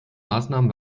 maßnahmen